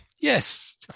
Yes